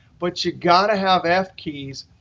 but you got to have f keys,